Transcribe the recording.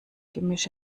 gemisch